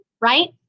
right